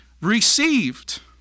received